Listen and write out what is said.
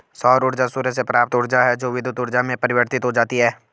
सौर ऊर्जा सूर्य से प्राप्त ऊर्जा है जो विद्युत ऊर्जा में परिवर्तित हो जाती है